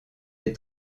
les